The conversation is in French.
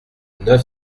neuf